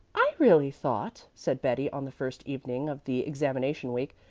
i really thought, said betty on the first evening of the examination week,